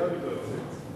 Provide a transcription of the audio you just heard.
אני לא מתלוצץ.